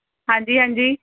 ਹਾਂਜੀ ਹਾਂਜੀ